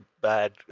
bad